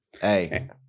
Hey